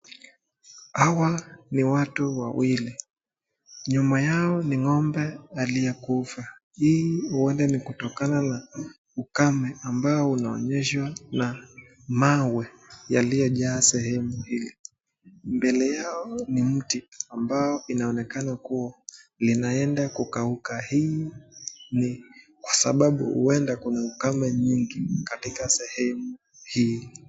Hawa ni watu wawili. Nyuma yao ni ngombe aliyekufa .Hii huenda ni ukame ambao unaonyeshwa na mawe yaliyojaa sehemu hiyo. Mbele yao ni mti ambao inaonekana kuwa linaenda kukauka hii ni kwa sababu huenda kuna ukame nyingi katika sehemu hii.